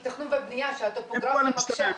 זה תירוץ לתכנון ובנייה שהטופוגרפיה מקשה.